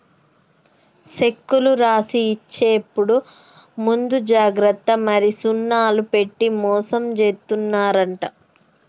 సెక్కులు రాసి ఇచ్చేప్పుడు ముందు జాగ్రత్త మరి సున్నాలు పెట్టి మోసం జేత్తున్నరంట